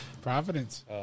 Providence